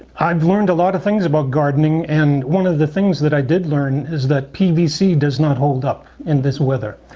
i've learned a lot of things about gardening and one of the things that i did learn is that pvc does not hold up in this weather,